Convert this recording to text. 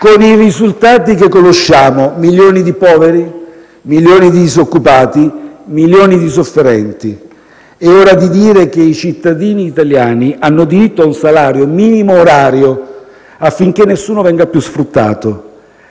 con i risultati che conosciamo: milioni di poveri, milioni di disoccupati, milioni di sofferenti. È ora di dire che i cittadini italiani hanno diritto a un salario minimo orario, affinché nessuno venga più sfruttato;